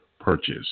purchase